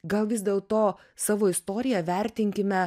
gal vis dėlto savo istoriją vertinkime